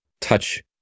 touch